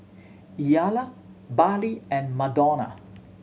Ila Bartley and Madonna